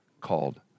called